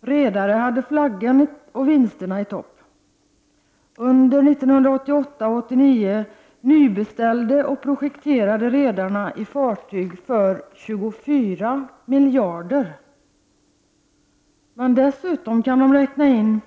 Redarna hade flaggan och vinsterna i topp. Under 1988 och 1989 nybeställde och projekterade redarna fartyg för 24 miljarder. Men dessutom kan de räkna in